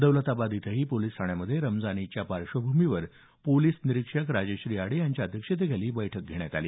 दौलताबाद इथंही पोलीस ठाण्यामध्ये रमजान ईदच्या पार्श्वभूमीवर पोलीस निरीक्षक राजश्री आडे यांच्या अध्यक्षतेखाली बैठक घेण्यात आली